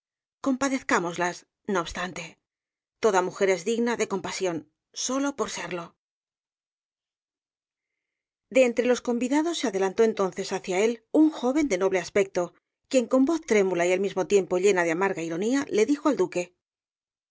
de alcanzarla compadezcámoslas no obstante toda mujer es digna de compasión sólo por serlo rosalía de castro de entre los convidados se adelantó entonces hacia él un joven de noble aspecto quien con voz trémula y al mismo tiempo llena de amarga ironía le dijo al d